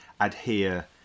adhere